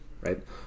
Right